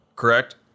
Correct